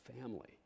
family